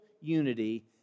unity